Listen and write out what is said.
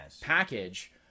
package